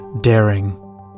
Daring